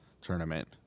tournament